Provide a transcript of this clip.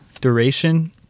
duration